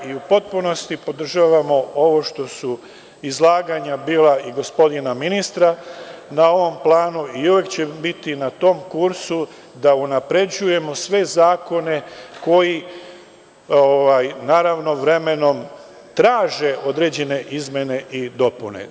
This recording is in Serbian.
U potpunosti podržavamo ovo što su izlaganja bila i gospodina ministra na ovom planu i uvek ćemo biti na tom kursu da unapređujemo sve zakone koji, naravno, vremenom traže određene izmene i dopune.